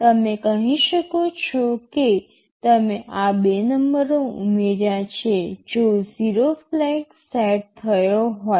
તમે કહી શકો છો કે તમે આ 2 નંબરો ઉમેર્યા છે જો 0 ફ્લેગ સેટ થયો હોય